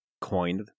coined